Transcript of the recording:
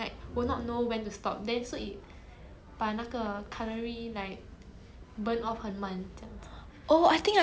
oh I think I saw that in a K drama before leh like it's it's a show ya ya ya the girl like she suddenly gained a lot of weight